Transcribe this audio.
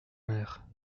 mère